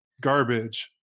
garbage